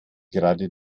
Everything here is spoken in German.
gerade